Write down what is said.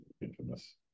infamous